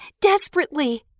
desperately